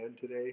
today